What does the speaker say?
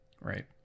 Right